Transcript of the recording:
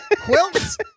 quilts